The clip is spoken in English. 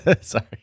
Sorry